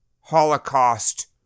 Holocaust